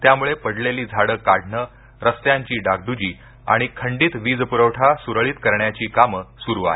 त्यामुळे पडलेली झाडं काढण रस्त्यांची डागड्रजी आणि खंडित वीज प्रवठा सुरळित करण्याची कामं सुरू आहेत